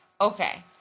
Okay